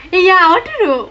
eh hor ya true